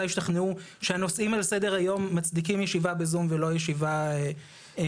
השתכנעו שהנושאים שעל סדר היום מצדיקים ישיבה ב-זום ולא ישיבה פיזית.